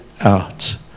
out